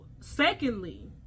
secondly